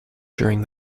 during